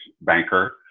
banker